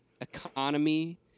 economy